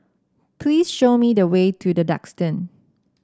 please show me the way to The Duxton